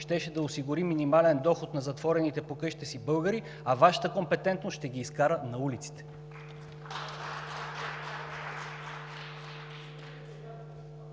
щеше да осигури минимален доход на затворените по къщите си българи, а Вашата компетентност ще ги изкара на улиците.